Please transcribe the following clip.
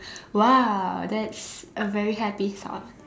!wow! that's a very happy thought